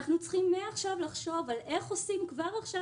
אנחנו צריכים לחשוב איך עושים כבר עכשיו